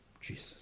Jesus